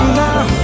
now